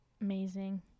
Amazing